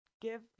give